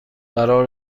قرار